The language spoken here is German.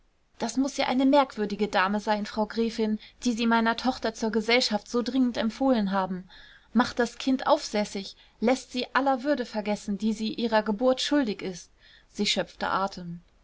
das muß ja eine merkwürdige dame sein frau gräfin die sie meiner tochter zur gesellschaft so dringend empfohlen haben macht das kind aufsässig läßt sie aller würde vergessen die sie ihrer geburt schuldig ist sie schöpfte atem